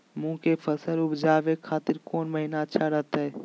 मूंग के फसल उवजावे खातिर कौन महीना अच्छा रहतय?